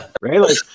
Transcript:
Right